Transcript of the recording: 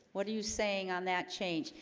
what are you saying on that change?